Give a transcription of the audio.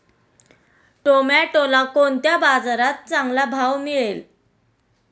टोमॅटोला कोणत्या बाजारात चांगला भाव मिळेल?